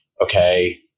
okay